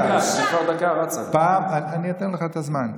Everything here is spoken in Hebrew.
אני אתן לך את הזמן.